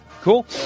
Cool